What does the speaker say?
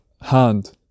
hand